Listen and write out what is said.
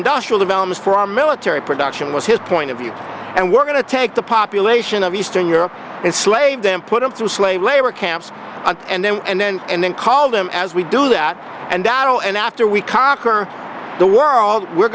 industrial development for our military production was his point of view and we're going to take the population of eastern europe and slave them put them through slave labor camps and then and then and then call them as we do that and i know and after we conquer the world we're